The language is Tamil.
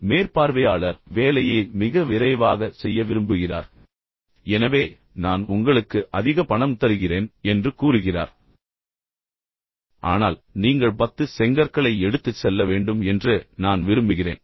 இப்போது மேற்பார்வையாளர் வேலையை மிக விரைவாக செய்ய விரும்புகிறார் எனவே நான் உங்களுக்கு அதிக பணம் தருகிறேன் என்று கூறுகிறார் ஆனால் நீங்கள் 10 செங்கற்களை எடுத்துச் செல்ல வேண்டும் என்று நான் விரும்புகிறேன்